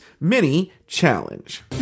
mini-challenge